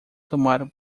tomar